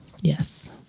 Yes